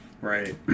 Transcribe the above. Right